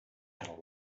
had